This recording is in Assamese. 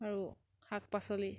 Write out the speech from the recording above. আৰু শাক পাচলি